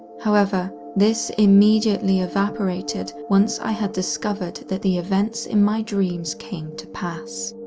however, this immediately evaporated once i had discovered that the events in my dreams came to pass.